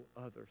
others